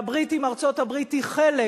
והברית עם ארצות-הברית היא חלק